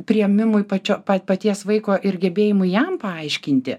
priėmimui pačio paties vaiko ir gebėjimų jam paaiškinti